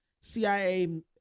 CIA